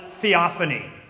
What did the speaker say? theophany